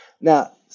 Now